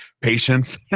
patience